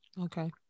okay